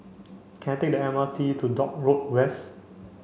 can I take the M R T to Dock Road West